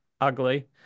ugly